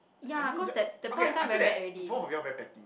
I mean you're okay I feel that both of you're very petty